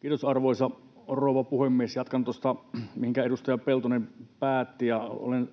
Kiitos, arvoisa rouva puhemies! Jatkan tuosta, mihinkä edustaja Peltonen päätti. Olen